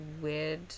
weird